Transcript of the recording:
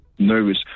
Nervous